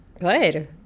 Good